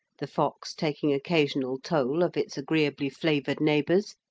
the fox taking occasional toll of its agreeably flavoured neighbours,